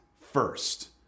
first